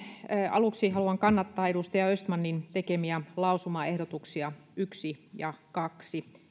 aluksi haluan kannattaa edustaja östmanin tekemiä lausumaehdotuksia yksi ja kaksi jotka